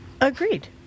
agreed